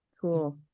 cool